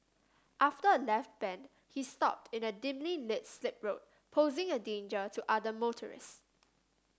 after a left bend he stopped in a dimly lit slip road posing a danger to other motorists